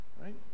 right